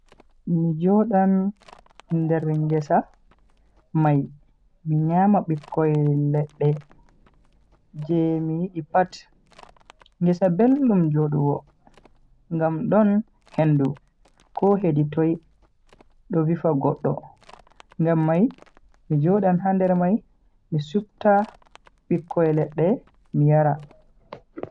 Mi jodan nder ngesa mai mi nyama bikkoi ledda je mi yidi pat. Ngesa beldum jodugo ngam don hendu ko hedi toi do vifa goddo. Ngam mai mi jodan ha nder mai mi supta bikkoi ledde mi yara.